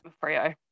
Frio